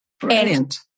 Brilliant